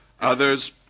others